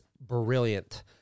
brilliant